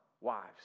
wives